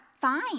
fine